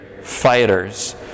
fighters